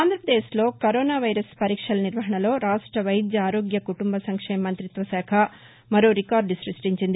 ఆంధ్రప్రదేశ్లో corona virus పరీక్షల నిర్వహణలో రాష్ట వైద్య ఆరోగ్య కుటుంబ సంక్షేమ మంతిత్వ శాఖ మరో రికార్డు స్పష్టించింది